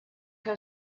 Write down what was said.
que